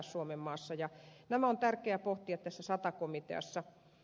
näitä asioita on tärkeä pohtia tässä sata komiteassa